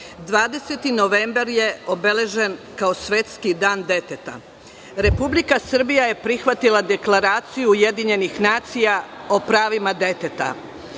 novembar je obeležen kao Svetski dan deteta. Republika Srbija je prihvatila Deklaraciju Ujedinjenih nacija o pravima deteta.